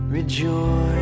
Rejoice